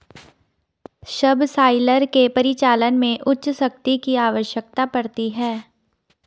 subsoiler के परिचालन में उच्च शक्ति की आवश्यकता पड़ती है